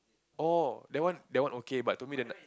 oh that one that one okay but to me the